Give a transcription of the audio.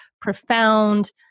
profound